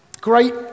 great